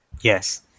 Yes